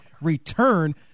return –